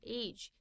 age